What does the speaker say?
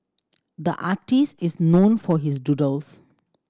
the artist is known for his doodles